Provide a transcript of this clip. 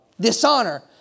Dishonor